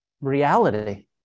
reality